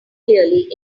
clearly